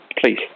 please